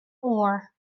ore